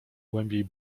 głębiej